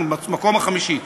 אנחנו במקום החמישי.